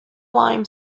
lime